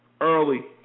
early